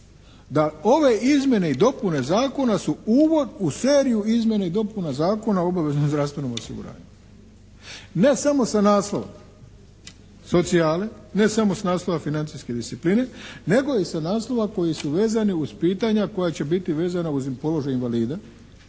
da ove izmjene i dopune zakona su uvod u seriju izmjena i dopuna Zakona o obveznom zdravstvenom osiguranju. Ne samo sa naslova socijale, ne samo s naslova financijske discipline, nego i sa naslova koji su vezani uz pitanja koja će biti vezana uz položaj invalida,